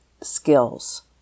skills